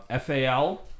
FAL